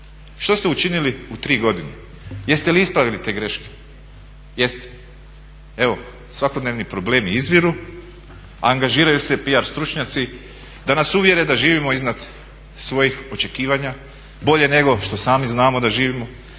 Što ste učinili u tri godine? Jeste li ispravili te greške? Jeste. Evo svakodnevni problemi izviru, angažiraju se PR stručnjaci da nas uvjere da živimo iznad svojih očekivanja bolje nego što sami znamo da živimo